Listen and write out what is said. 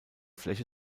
fläche